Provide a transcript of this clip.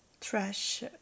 trash